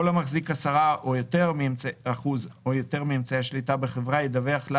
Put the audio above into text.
" כל המחזיק 10% או יותר מאמצעי שליטה בחברה ידווח לה